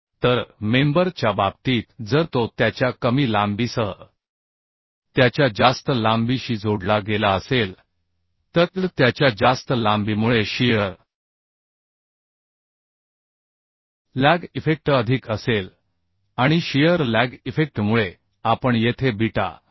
तर मेंबर च्या बाबतीत जर तो त्याच्या कमी लांबीसह त्याच्या जास्त लांबीशी जोडला गेला असेल तर त्याच्या जास्त लांबीमुळे शियर लॅग इफेक्ट अधिक असेल आणि शियर लॅग इफेक्टमुळे आपण येथे बीटा 0